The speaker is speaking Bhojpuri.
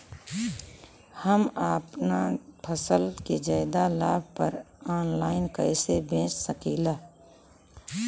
हम अपना फसल के ज्यादा लाभ पर ऑनलाइन कइसे बेच सकीला?